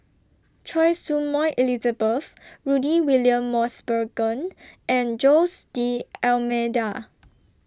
Choy Su Moi Elizabeth Rudy William Mosbergen and Jose D'almeida